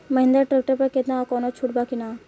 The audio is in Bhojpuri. महिंद्रा ट्रैक्टर पर केतना कौनो छूट बा कि ना?